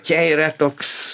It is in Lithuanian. čia yra toks